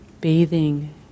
bathing